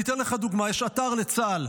אתן לך דוגמה, יש אתר לצה"ל.